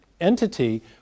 entity